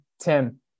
Tim